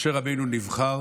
משה רבנו נבחר